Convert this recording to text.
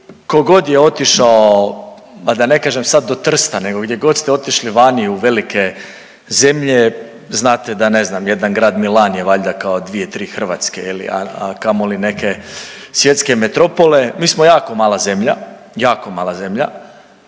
kogod je otišao, a da ne kažem sad do Trsta nego gdjegod ste otišli vani u velike zemlje znate da ne znam jedan grad Milan je valjda kao dvije, tri Hrvatske, a kamoli neke svjetske metropole. Mi smo jako mala zemlja, jako mala zemlja,